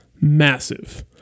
Massive